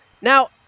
Now –